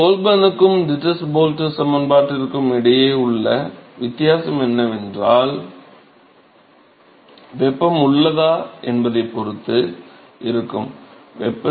கோல்பர்னுக்கும் Dittus Boelter சமன்பாட்டிற்கும் இடையே உள்ள வித்தியாசமென்னவென்றால் வெப்பம் உள்ளதா என்பதைப் பொறுத்து இருக்கும்